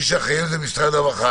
ומי שאחרי על זה משרד הרווחה.